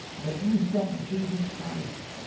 that you sent jesus christ